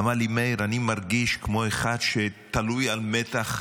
אמר לי: מאיר, אני מרגיש כמו אחד שתלוי על מתח,